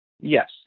yes